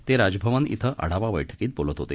ते राजभवन इथं आढावा बैठकीत बोलत होते